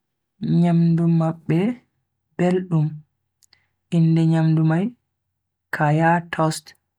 Nyamdu mabbe beldum, inde nyamdu mai kaya toast.